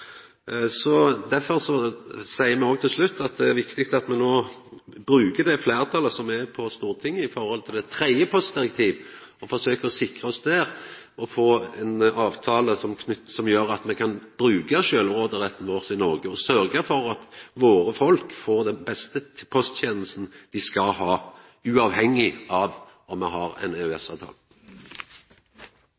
Derfor seier me òg til slutt at det er viktig at me no bruker det fleirtalet som er på Stortinget med omsyn til det tredje postdirektivet, og forsøker å sikra oss der og får ein avtale som gjer at me kan bruka sjølvråderetten vår i Noreg, og sørgja for at våre folk får den beste posttenesta dei skal ha, uavhengig av om me har ein